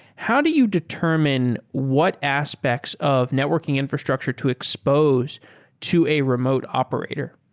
how do you determine what aspects of networking infrastructure to expose to a remote operator?